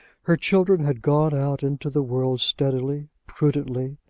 her children had gone out into the world steadily, prudently,